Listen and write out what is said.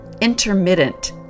intermittent